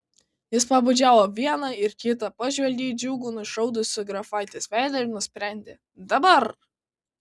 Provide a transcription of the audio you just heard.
jis pabučiavo vieną ir kitą pažvelgė į džiugų išraudusį grafaitės veidą ir nusprendė dabar